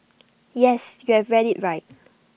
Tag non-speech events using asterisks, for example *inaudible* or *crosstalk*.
*noise* yes you have read IT right